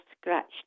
scratched